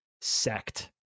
sect